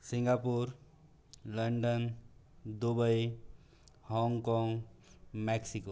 Singapore London Dubai Hong Kong Mexico